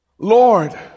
Lord